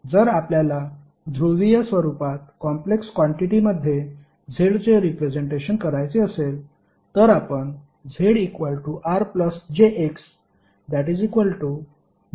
जर आपल्याला ध्रुवीय स्वरुपात कॉम्प्लेक्स क्वांटिटिमध्ये Z चे रिप्रेझेंटेशन करायचे असेल तर आपण ZRjXZ∠θ लिहितो